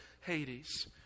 Hades